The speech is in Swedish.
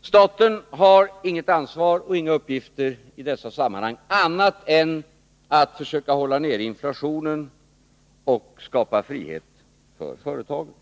Staten har inget ansvar och inga andra uppgifter i dessa sammanhang än att försöka hålla inflationen nere och skapa frihet för företagen.